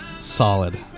Solid